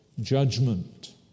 judgment